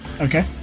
Okay